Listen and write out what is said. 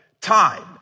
time